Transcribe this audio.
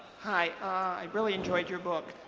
hi. i really enjoyed your book.